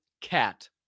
cat